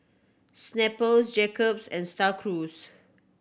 Snapple Jacob's and Star Cruise